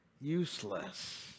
useless